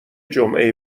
جمعه